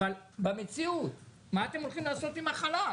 אבל במציאות, מה אתם הולכים לעשות עם החל"ת